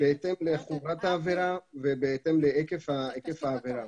בהתאם לחומרת העבירה ובהתאם להיקף העבירה.